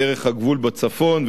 דרך הגבול בצפון,